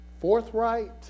forthright